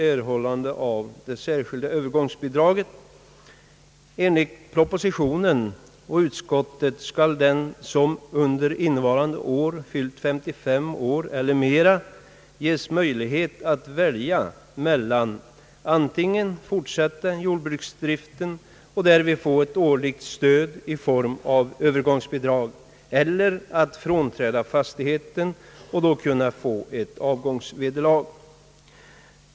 Enligt propositionen och utskottsutlåtandet skall den som under innevarande år har fyllt 55 år eller mera ges möjlighet att välja mellan att antingen fortsätta jordbruksdriften och därvid få ett årligt stöd i form av övergångsbidrag eller att frånträda fastigheten och då kunna få ett avgångsvederlag.